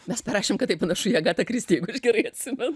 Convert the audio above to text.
mes parašėm kad tai panašu į agatą kristi jeigu aš gerai atsimenu